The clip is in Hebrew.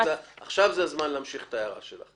עכשיו זה הזמן להמשיך את ההערה שלך.